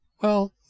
Well